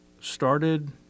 started